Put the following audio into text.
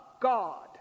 God